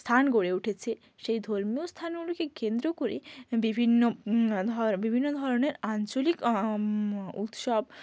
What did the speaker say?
স্থান গড়ে উঠেছে সেই ধর্মীয় স্থানগুলোকে কেন্দ্র করে বিভিন্ন ধর বিভিন্ন ধরনের আঞ্চলিক উৎসব